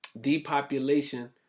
depopulation